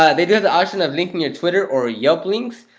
they do have the option of linking your twitter or ah yelp links.